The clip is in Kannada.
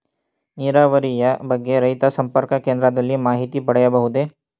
ನೀರಾವರಿಯ ಬಗ್ಗೆ ರೈತ ಸಂಪರ್ಕ ಕೇಂದ್ರದಲ್ಲಿ ಮಾಹಿತಿ ಪಡೆಯಬಹುದೇ?